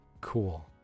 cool